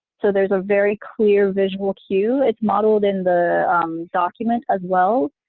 so there's a very clear visual cue. it's modeled in the document as well,